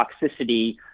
toxicity